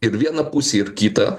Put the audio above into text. ir vieną pusę ir kitą